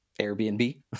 Airbnb